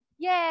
Yay